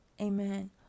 amen